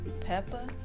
Peppa